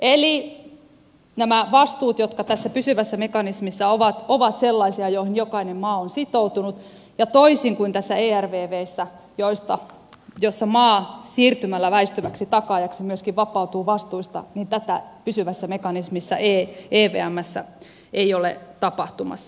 eli nämä vastuut jotka tässä pysyvässä mekanismissa ovat ovat sellaisia joihin jokainen maa on sitoutunut ja toisin kuin tässä ervvssä jossa maa siirtymällä väistyväksi takaajaksi myöskin vapautuu vastuistaan tätä pysyvässä mekanismissa evmssä ei ole tapahtumassa